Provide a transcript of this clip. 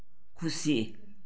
खुसी